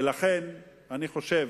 ולכן אני חושב,